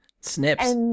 Snips